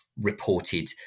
reported